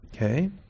Okay